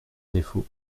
défaut